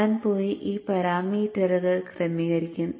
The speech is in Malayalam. ഞാൻ പോയി ഈ പാരാമീറ്ററുകൾ ക്രമീകരിക്കും